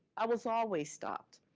i was always stopped.